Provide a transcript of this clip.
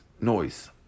noise